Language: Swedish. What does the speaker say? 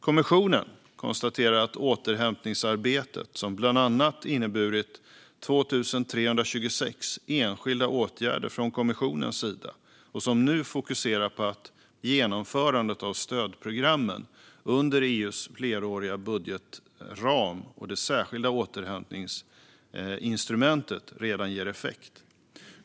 Kommissionen konstaterar att återhämtningsarbetet, som bland annat inneburit 2 326 enskilda åtgärder från kommissionens sida och som nu fokuserar på genomförandet av stödprogrammen under EU:s fleråriga budgetram och det särskilda återhämtningsinstrumentet, redan ger effekt.